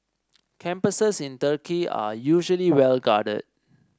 campuses in Turkey are usually well guarded